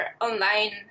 online